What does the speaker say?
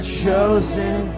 chosen